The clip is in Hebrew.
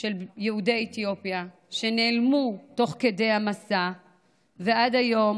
מיהודי אתיופיה, שנעלמו תוך כדי המסע ועד היום